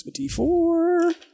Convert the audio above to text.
D4